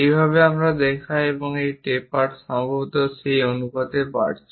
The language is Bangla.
এইভাবে আমরা দেখাই এবং এই টেপার সম্ভবত সেই অনুপাতে বাড়ছে